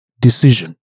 decision